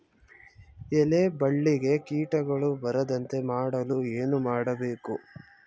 ಎಲೆ ಬಳ್ಳಿಗೆ ಕೀಟಗಳು ಬರದಂತೆ ಮಾಡಲು ಏನು ಮಾಡಬೇಕು?